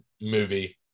movie